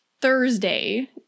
Thursday